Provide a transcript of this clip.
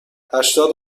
هشتاد